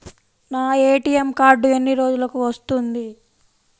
నా ATM card ఎన్ని రోజులకు వస్తుంది?